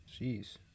Jeez